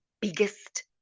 biggest